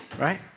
right